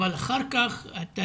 אבל אחר כך אתה